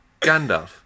Gandalf